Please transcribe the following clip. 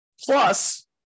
Plus